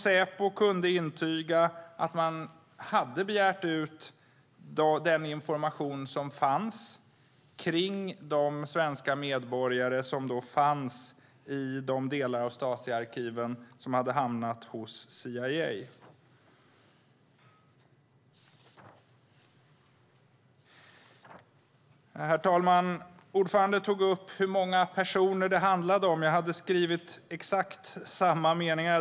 Säpo kunde intyga att man hade begärt ut den information som fanns om de svenska medborgare som fanns med i de delar av Stasiarkiven som hade hamnat hos CIA. Herr talman! Utskottets ordförande nämnde hur många personer det handlar om. Jag hade tänkt läsa upp exakt samma meningar.